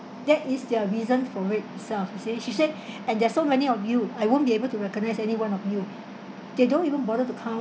that is their reason for it itself she say she said and there are so many of you I won't be able to recognise anyone of you they don't even bother to count